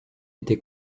été